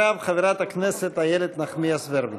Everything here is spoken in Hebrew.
אחריו, חברת הכנסת איילת נחמיאס ורבין.